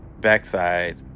backside